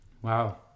Wow